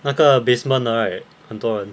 那个 basement 的 right 很多人